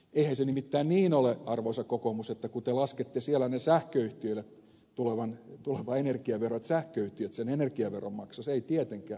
eihän se nimittäin niin ole arvoisa kokoomus että kun te laskette siellä ne sähköyhtiöille tulevat energiaverot sähköyhtiöt sen energiaveron maksaisivat ei tietenkään